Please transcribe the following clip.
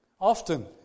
Often